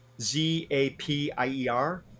Z-A-P-I-E-R